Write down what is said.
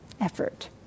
effort